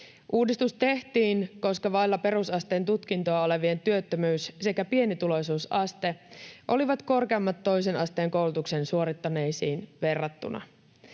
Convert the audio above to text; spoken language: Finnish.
Uudistus tehtiin, koska vailla perusasteen tutkintoa olevien työttömyys sekä pienituloisuusaste olivat korkeammat toisen asteen koulutuksen suorittaneisiin verrattuna.